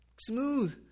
smooth